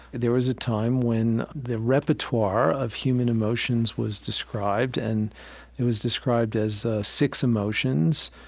there was a time when the repertoire of human emotions was described and it was described as six emotions,